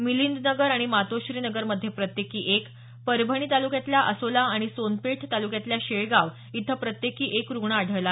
मिलींदनगर आणि मातोश्री नगरमध्ये प्रत्येकी एक परभणी तालुक्यातल्या असोला आणि सोनपेठ तालुक्यातल्या शेळगाव इथं प्रत्येकी एक रुग्ण आढळला